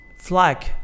flag